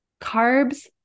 carbs